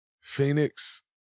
Phoenix